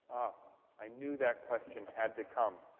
i knew that question had to come.